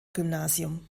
gymnasium